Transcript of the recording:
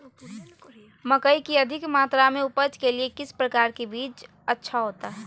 मकई की अधिक मात्रा में उपज के लिए किस प्रकार की बीज अच्छा होता है?